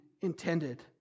intended